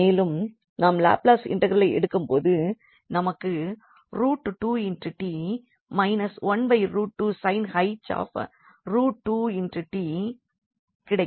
மேலும் நாம் Laplace inverse எடுக்கும்போது நமக்கு கிடைக்கும்